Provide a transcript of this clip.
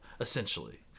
essentially